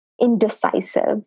indecisive